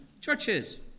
churches